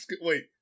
Wait